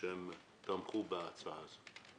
שהם תמכו בהצעה זו.